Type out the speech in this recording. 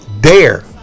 dare